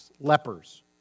lepers